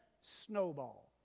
snowball